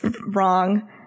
wrong